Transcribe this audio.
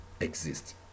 exist